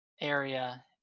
area